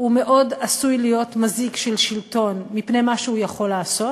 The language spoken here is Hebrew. ומאוד עשוי להיות מזיק של שלטון מפני מה שהוא יכול לעשות?